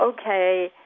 okay